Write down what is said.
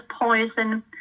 poison